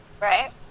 Right